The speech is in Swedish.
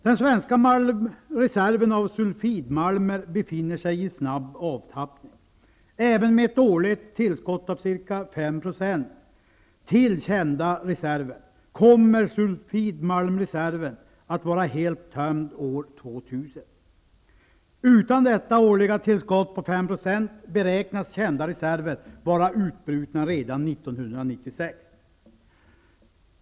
Den svenska malmreserven av sulfidmalmer befinner sig i snabb avtappning. Den kommer att vara helt tömd år 2000 även med ett årligt tillskott av 5 % till kända reserver. Utan detta årliga tillskott på 5 % beräknas de kända reserverna vara utbrutna redan 1996.